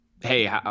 hey